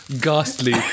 Ghastly